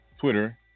Twitter